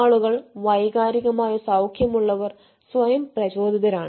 ആളുകൾ വൈകാരികമായി സൌഖ്യം ഉള്ളവർ സ്വയം പ്രചോദിതരാണ്